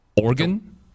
Organ